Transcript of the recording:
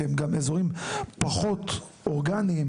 שהם גם אזורים פחות אורגניים,